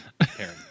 Karen